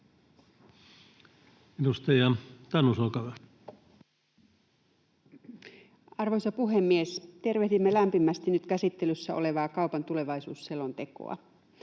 18:12 Content: Arvoisa puhemies! Tervehdimme lämpimästi nyt käsittelyssä olevaa kaupan tulevaisuusselontekoa.